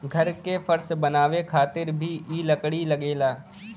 घर के फर्श बनावे खातिर भी इ लकड़ी लगेला